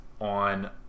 on